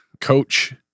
Coach